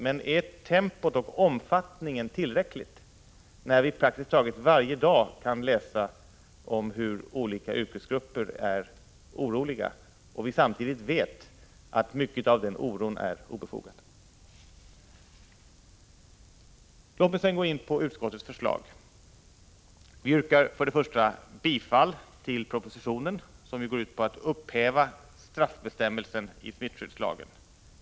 Men är tempot och omfattningen tillräckliga, när vi praktiskt taget varje dag kan läsa om hur olika yrkesgrupper är oroliga och vi samtidigt vet att mycket av den oron är obefogad? Låt mig sedan gå in på utskottets förslag. Vi yrkar för det första bifall till propositionen, som går ut på att upphäva straffbestämmelsen i smittskyddslagen.